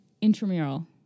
intramural